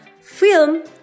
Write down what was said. film